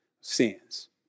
sins